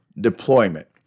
deployment